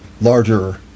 larger